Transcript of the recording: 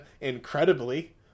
incredibly